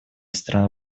стран